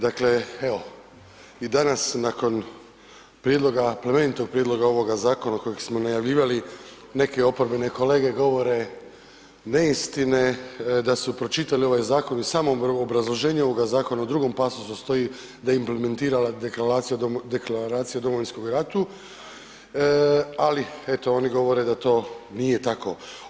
Dakle, evo i danas nakon prijedloga, plemenitog prijedloga ovoga zakona kojeg smo najavljivali neke oporbene kolege govore neistine da su pročitale ovaj zakon i samom obrazloženju ovog zakona u drugom pasosu stoji da je implementirala Deklaraciju o Domovinskome ratu, ali, eto, oni govore da to nije tako.